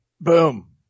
Boom